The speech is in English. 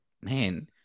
Man